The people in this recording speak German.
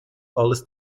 alles